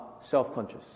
self-conscious